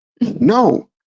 No